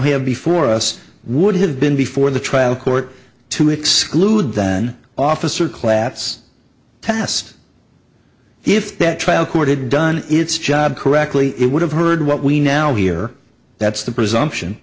have before us would have been before the trial court to exclude then officer class test if that trial court had done its job correctly it would have heard what we now hear that's the presumption